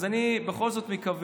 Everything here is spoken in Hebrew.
אז אני בכל זאת מקווה,